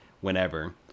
whenever